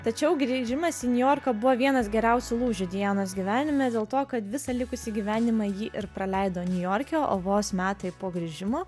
tačiau grįžimas į niujorką buvo vienas geriausių lūžių dianos gyvenime dėl to kad visą likusį gyvenimą ji ir praleido niujorke o vos metai po grįžimo